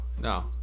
No